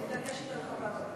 אני מתעקשת להיות חברת הכנסת.